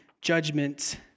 judgment